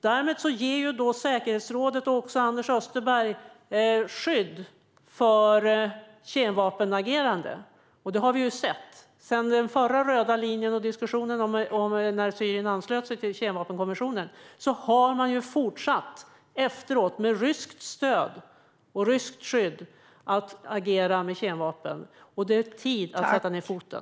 Då ger säkerhetsrådet och även Anders Österberg skydd för kemvapenagerande, och det har vi sett. Sedan den förra röda linjen och diskussionen om när Syrien anslöt sig till kemvapenkonventionen har man ju med ryskt stöd och ryskt skydd fortsatt att agera med kemvapen. Det är hög tid att sätta ned foten.